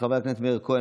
חבר הכנסת מאיר כהן,